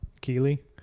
Keely